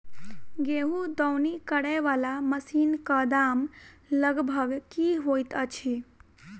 गेंहूँ दौनी करै वला मशीन कऽ दाम लगभग की होइत अछि?